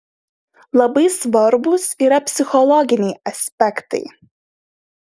labai svarbūs yra psichologiniai aspektai